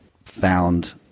Found